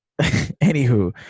anywho